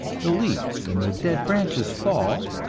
the leaves and the dead branches fall,